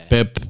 Pep